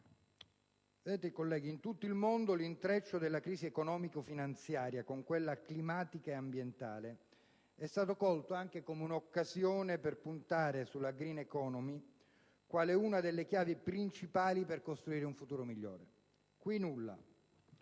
in tutto il mondo l'intreccio della crisi economico-finanziaria con quella climatica e ambientale è stato colto anche come un'occasione per puntare sulla *green economy* quale una delle chiavi principali per costruire un futuro migliore; qui nulla.